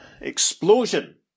explosion